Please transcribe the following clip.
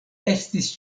estis